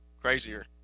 crazier